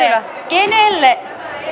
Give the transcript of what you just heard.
kenelle